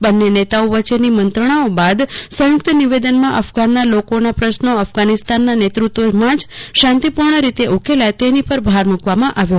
બંને નેતાઓ વચ્ચેની મંત્રણાઓ બાદ સંયુક્ત નિવેદનમાં અફઘાનના લોકોના પ્રશ્નો અફઘાનિસ્તાનના નેતૃત્વમાં જ શાંતિપૂર્ણ રીતે ઉકેલાય તેની પર ભાર મૂકવામાં આવ્યો